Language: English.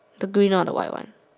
the green or the white one